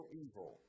evil